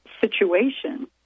situation